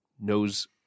knows